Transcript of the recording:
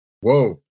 Whoa